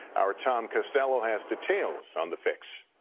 our tom costello has details on the fix.